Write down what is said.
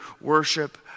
worship